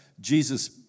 Jesus